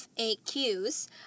faqs